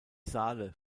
saale